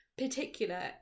particular